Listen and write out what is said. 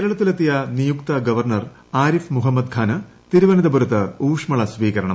കേരളത്തിലെത്തിയ നിയുക്ത ഗവർണർ ആരിഫ് മുഹമ്മദ് ഖാന് തിരുവനന്തപുരത്ത് ഊഷ്മള സ്വീകരണം